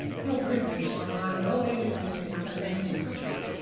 feel privileged, like i will be, listening to nick, so thank you, nick.